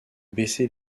baisser